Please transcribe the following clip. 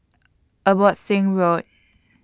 Abbotsingh Road